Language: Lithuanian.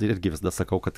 irgi visada sakau kad